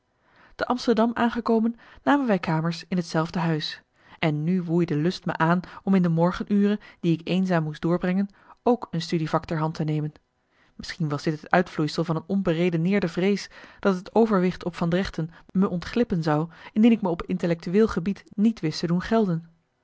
te amsterdam aangekomen namen wij kamers in marcellus emants een nagelaten bekentenis hetzelfde huis en nu woei de lust me aan om in de morgenuren die ik eenzaam moest doorbrengen ook een studievak ter hand te nemen misschien was dit het uitvloeisel van een onberedeneerde vrees dat het overwicht op van dregten me ontglippen zou indien ik me op intellectueel gebied niet wist te doen gelden